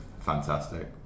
fantastic